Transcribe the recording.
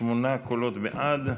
שמונה קולות בעד,